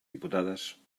diputades